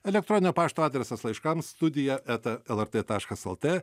elektroninio pašto adresas laiškams studija eta lrt taškas lt